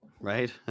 Right